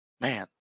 man